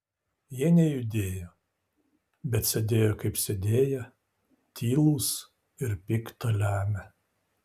jie nejudėjo bet sėdėjo kaip sėdėję tylūs ir pikta lemią